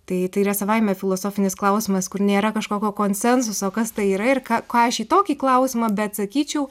tai tai yra savaime filosofinis klausimas kur nėra kažkokio konsensuso kas tai yra ir ką ką aš į tokį klausimą bet sakyčiau